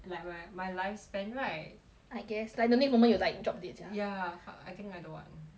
and like like my life span right I guess like the next moment you like drop dead sia ya fuck I think I don't want